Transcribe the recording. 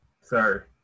sir